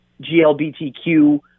GLBTQ